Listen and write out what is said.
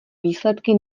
výsledky